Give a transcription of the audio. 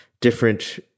different